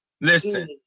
listen